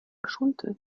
schulte